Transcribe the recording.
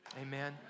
amen